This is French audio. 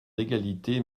d’égalité